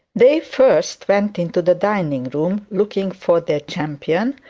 they first went into the dining-room, looking for their champion,